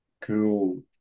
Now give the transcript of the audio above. cool